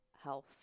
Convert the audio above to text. health